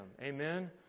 Amen